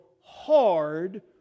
hard